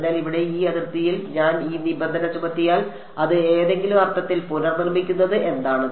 അതിനാൽ ഇവിടെ ഈ അതിർത്തിയിൽ ഞാൻ ഈ നിബന്ധന ചുമത്തിയാൽ അത് ഏതെങ്കിലും അർത്ഥത്തിൽ പുനർനിർമ്മിക്കുന്നത് എന്താണ്